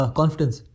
confidence